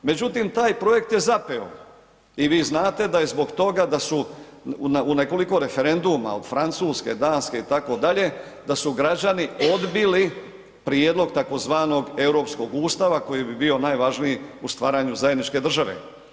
Međutim, taj projekt je zapeo i vi znate da je zbog toga da su u nekoliko referenduma od Francuske, Danske itd., da su građani odbili prijedlog tzv. europskog ustava koji bi bio najvažniji u stvaranju zajedničke države.